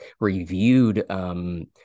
reviewed